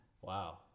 wow